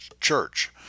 church